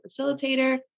facilitator